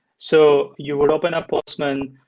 so you would open up postman.